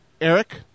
Eric